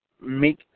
make